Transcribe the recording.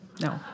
No